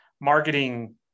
marketing